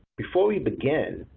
before we begin,